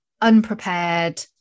unprepared